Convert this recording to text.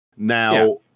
now